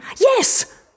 Yes